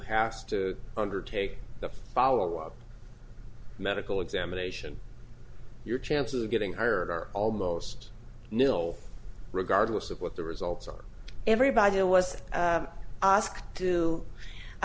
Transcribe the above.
has to undertake the follow up medical examination your chances of getting hired are almost nil regardless of what the results are everybody was